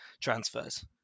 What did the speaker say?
transfers